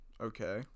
Okay